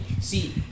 See